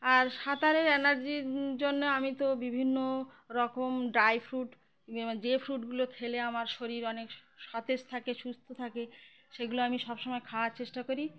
আর সাঁতারের এনার্জির জন্য আমি তো বিভিন্ন রকম ড্রাই ফ্রুট যে ফ্রুটগুলো খেলে আমার শরীর অনেক স সতেজ থাকে সুস্থ থাকে সেগুলো আমি সব সমময় খাওয়ার চেষ্টা করি